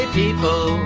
people